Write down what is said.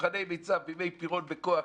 מבחני מיצ"ב בימי פירון בכוח,